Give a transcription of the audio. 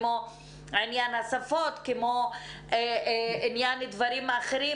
עניין השפות ודברים אחרים,